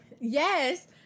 Yes